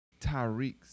Tyreeks